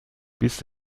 bis